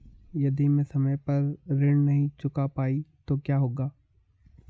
यदि मैं समय पर ऋण नहीं चुका पाई तो क्या होगा?